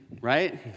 Right